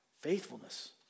Faithfulness